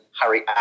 Harry